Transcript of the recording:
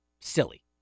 Silly